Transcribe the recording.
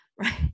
Right